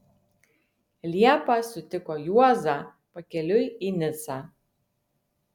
liepą sutiko juozą pakeliui į nicą